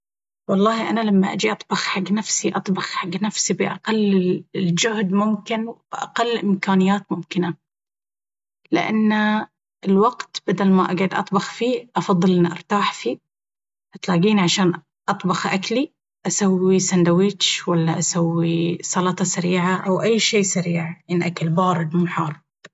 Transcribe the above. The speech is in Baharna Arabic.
والله أنا لما أجي أطبخ حق نفسي... أطبخ حق نفسي بأقل جهد ممكن وأقل إمكانيات ممكنة... لأن الوقت بدل ما أقعد أطبخ فيه أفضل ان ارتاح فيه! فتلاقيني عشان أطبخ أكلي أسوي سندويتش أو أسوي سلطة سريعة ولا أي شي سريع ينأكل.. بارد مو حار.